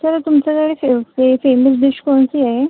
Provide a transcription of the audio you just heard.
sir तुमच्याकडे फे फे फेमस डिश कोणती आहे